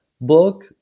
book